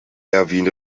erwin